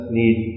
need